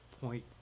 point